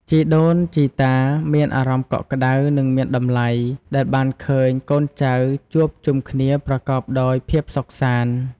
ជីដូនជីតាមានអារម្មណ៍កក់ក្តៅ និងមានតម្លៃ ដែលបានឃើញកូនចៅជួបជុំគ្នាប្រកបដោយភាពសុខសាន្ត។